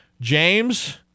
James